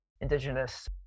indigenous